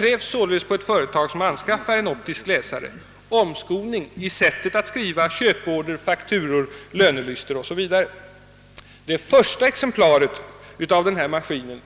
Inom ett företag som anskaffar optisk läsare krävs således en omskolning i sättet att skriva köporder, fakturor, lönelistor o.s.v. Det första exemplaret av denna maskin